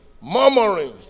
murmuring